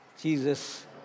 Jesus